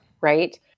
right